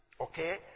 Okay